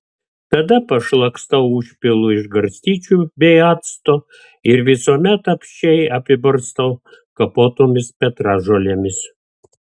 tada pašlakstau užpilu iš garstyčių bei acto ir visuomet apsčiai apibarstau kapotomis petražolėmis